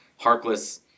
Harkless